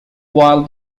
while